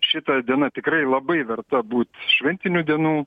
šita diena tikrai labai verta būt šventinių dienų